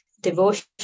devotion